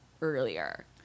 earlier